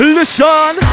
Listen